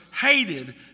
hated